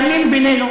בלבד.